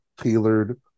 tailored